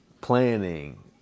planning